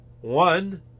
One